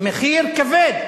מחיר כבד,